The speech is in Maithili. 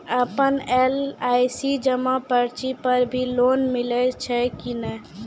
आपन एल.आई.सी जमा पर्ची पर भी लोन मिलै छै कि नै?